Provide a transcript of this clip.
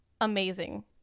amazing